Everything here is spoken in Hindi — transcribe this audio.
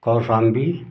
कौशाम्बी